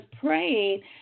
praying